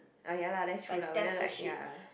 oh ya lah that's true lah whether like ya